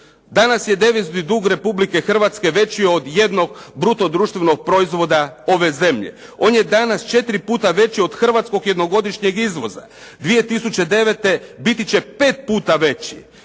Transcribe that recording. Danas je devizni dug Republike Hrvatske veći od jednog bruto društvenog proizvoda ove zemlje. On je danas 4 puta veći od hrvatskog jednogodišnjeg izvoza. 2009. biti će 5 puta veći.